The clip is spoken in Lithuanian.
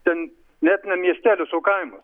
ten net ne miestelis o kaimas